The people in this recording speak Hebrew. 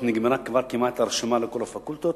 12 תלמידים,